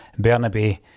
Bernabe